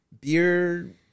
beer